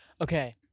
Okay